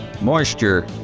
moisture